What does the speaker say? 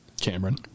Cameron